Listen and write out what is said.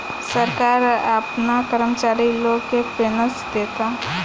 सरकार आपना कर्मचारी लोग के पेनसन देता